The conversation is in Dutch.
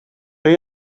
ben